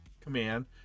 command